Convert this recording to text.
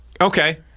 Okay